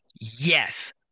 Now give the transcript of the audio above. Yes